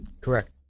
correct